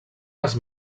les